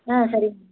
ஆ சரிங்க